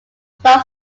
star